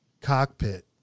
cockpit